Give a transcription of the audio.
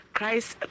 Christ